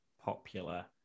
popular